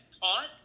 taught